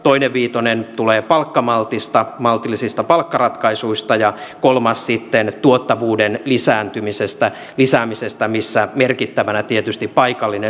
toinen viitonen tulee palkkamaltista maltillisista palkkaratkaisuista ja kolmas sitten tuottavuuden lisäämisestä missä merkittävänä tietysti on paikallinen sopiminen